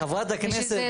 שזה לא --- חברת הכנסת,